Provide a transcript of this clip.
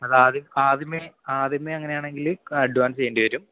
അതാദ്യം ആദ്യമേ ആദ്യമേ അങ്ങനെയാണെങ്കിൽ അഡ്വാൻസ് ചെയ്യേണ്ടി വരും